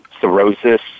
cirrhosis